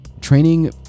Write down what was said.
training